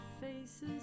faces